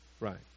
right